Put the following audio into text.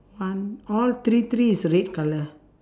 one all three three is red colour